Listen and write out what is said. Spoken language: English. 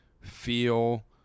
feel